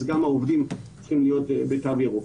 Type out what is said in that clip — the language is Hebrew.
אז גם העובדים צריכים להיות בתו ירוק.